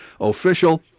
official